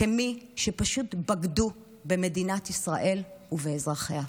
כמי שפשוט בגדו במדינת ישראל ובאזרחיה.